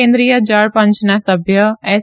કેન્દ્રિય જળ પંચના સભ્ય એસ